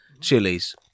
chilies